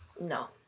No